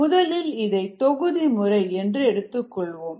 முதலில் இதை தொகுதி முறை என்று எடுத்துக்கொள்வோம்